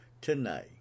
Tonight